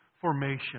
formation